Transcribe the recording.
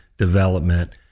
Development